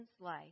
life